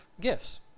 gifts